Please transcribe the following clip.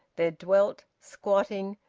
there dwelt, squatting,